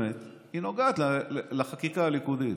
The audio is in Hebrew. באמת נוגעת לחקיקה הליכודית.